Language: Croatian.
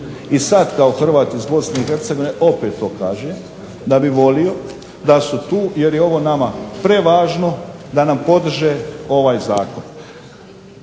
I sada kao Hrvat iz BiH opet to kažem da bi volio da su tu jer je ovo nama prevažno da nam podrže ovaj zakon.